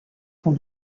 sont